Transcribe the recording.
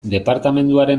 departamenduaren